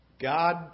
God